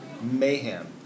mayhem